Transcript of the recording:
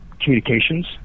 communications